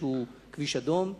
שהוא כביש אדום,